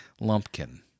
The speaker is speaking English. lumpkin